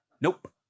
Nope